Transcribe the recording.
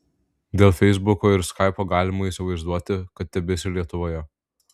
dėl feisbuko ir skaipo galima įsivaizduoti kad tebesi lietuvoje